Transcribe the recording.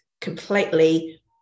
completely